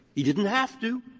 he didn't have to.